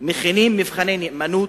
מכינים מבחני נאמנות,